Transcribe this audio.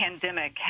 pandemic